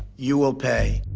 you will pay.